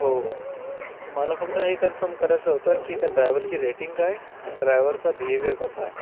हो मला फक्त हे कन्फर्म करायचं होतं की त्या ड्रायव्हरची रेटिंग काय अन ड्रायव्हरचा बिहेविअर कसा आहे